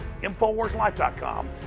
InfoWarsLife.com